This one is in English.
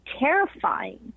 terrifying